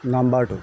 নাম্বৰটো